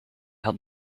had